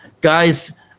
guys